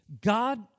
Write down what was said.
God